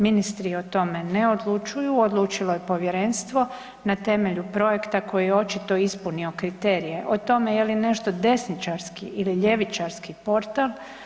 Ministri o tome ne odlučuju, odlučilo je Povjerenstvo na temelju projekta koji je očito ispunio kriterije o tome je li nešto desničarski ili ljevičarski portal.